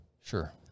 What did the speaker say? Sure